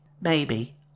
Maybe